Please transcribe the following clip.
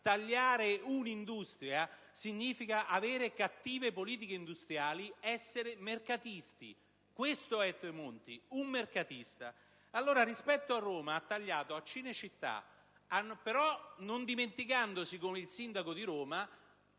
Tagliare un'industria significa avere cattive politiche industriali, significa essere mercatisti. Questo è Tremonti: un mercatista. Rispetto a Roma, ha tagliato a Cinecittà, non dimenticandosi però, come il sindaco di Roma,